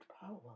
power